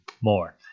more